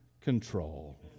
control